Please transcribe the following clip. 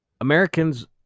Americans